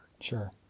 Sure